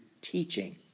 teaching